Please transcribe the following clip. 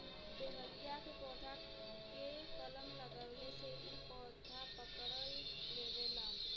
dahlia के पौधा के कलम लगवले से भी इ पकड़ लेवला